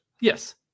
Yes